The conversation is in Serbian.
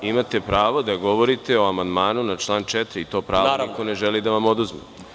Imate pravo da govorite o amandmanu na član 4. i to pravo niko ne želi da vam oduzme.